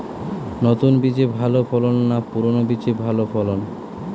নতুন বীজে ভালো ফলন না পুরানো বীজে ভালো ফলন?